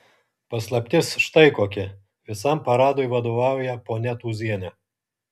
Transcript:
paslaptis štai kokia visam paradui vadovauja ponia tūzienė